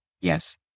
Yes